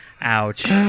Ouch